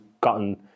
gotten